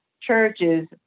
churches